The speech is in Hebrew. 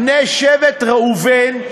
בני שבט ראובן,